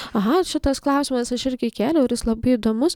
aha šitas klausimas aš irgi jį kėliau ir jis labai įdomus